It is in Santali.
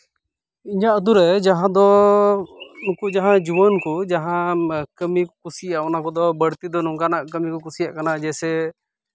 ᱤᱧᱟᱹᱜ ᱟᱹᱛᱩᱨᱮ ᱡᱟᱦᱟᱸ ᱫᱚ ᱩᱱᱠᱩ ᱡᱟᱦᱟᱸ ᱡᱩᱣᱟᱹᱱ ᱠᱚ ᱡᱟᱦᱟᱸ ᱠᱟᱹᱢᱤ ᱠᱚ ᱠᱩᱥᱤᱭᱟᱜᱼᱟ ᱚᱱᱟ ᱠᱚᱫᱚ ᱵᱟᱹᱲᱛᱤ ᱫᱚ ᱱᱚᱝᱠᱟᱱᱟᱜ ᱠᱟᱹᱢᱤ ᱠᱚ ᱠᱩᱥᱤᱭᱟᱜ ᱠᱟᱱᱟ ᱡᱮᱭᱥᱮ